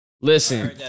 Listen